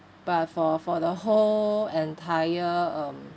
but for for the whole entire um